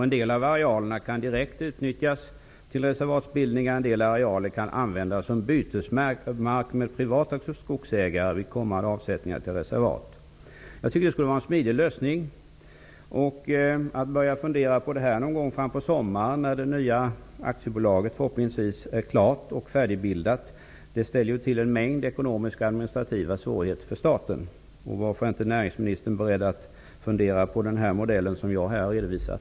En del av arealerna kan direkt utnyttjas till reservatsbildningar, och andra kan användas som bytesmark mot privata skogsägares mark vid kommande avsättningar till reservat. Jag tycker att detta skulle vara en smidig lösning. Att börja fundera på detta någon gång framåt sommaren, när det nya aktiebolaget förhoppningsvis är färdigbildat, ställer till en mängd ekonomiska och administrativa svårigheter för staten. Varför är inte näringsministern beredd att fundera på den modell som jag här har redovisat?